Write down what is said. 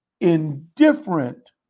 indifferent